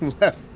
left